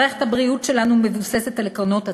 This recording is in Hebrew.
מערכת הבריאות שלנו מבוססת על עקרונות הצדק,